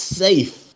safe